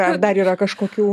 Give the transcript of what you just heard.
ar dar yra kažkokių